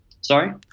Sorry